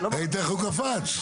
ראית איך הוא קפץ?